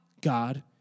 God